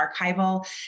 archival